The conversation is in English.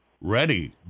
ready